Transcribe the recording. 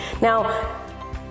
now